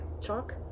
chalk